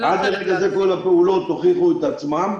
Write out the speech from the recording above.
עד כה כל הפעולות שעשינו הוכיחו את עצמן.